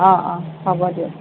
অঁ অঁ হ'ব দিয়ক